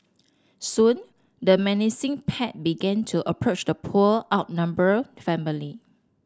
soon the menacing pack began to approach the poor outnumbered family